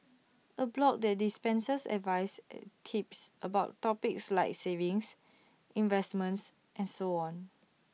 A blog that dispenses advice and tips about topics like savings investments and so on